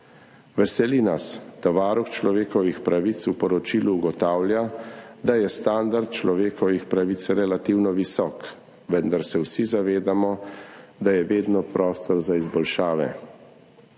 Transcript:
Veseli nas, da Varuh človekovih pravic v poročilu ugotavlja, da je standard človekovih pravic relativno visok, vendar se vsi zavedamo, da je vedno prostor za izboljšave.